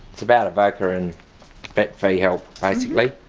it's about evocca and vet fee-help basically.